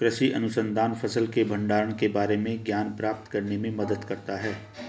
कृषि अनुसंधान फसल के भंडारण के बारे में ज्ञान प्राप्त करने में मदद करता है